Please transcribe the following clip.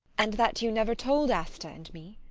and that you never told asta and me?